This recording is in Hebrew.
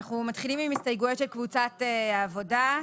אנחנו מתחילים עם ההסתייגויות של קבוצת העבודה.